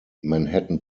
manhattan